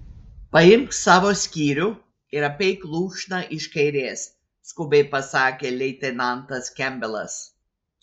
paimk savo skyrių ir apeik lūšną iš kairės skubiai pasakė leitenantas kempbelas